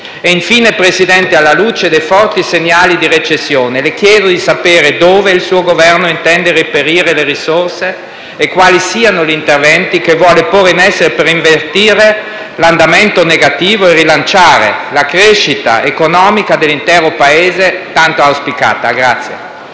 del Consiglio, alla luce dei forti segnali di recessione, le chiedo di sapere dove il suo Governo intende reperire le risorse e quali siano gli interventi che vuole porre in essere per invertire l'andamento negativo e rilanciare la crescita economica dell'intero Paese tanto auspicata.